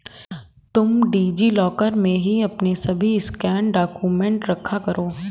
तुम डी.जी लॉकर में ही अपने सभी स्कैंड डाक्यूमेंट रखा करो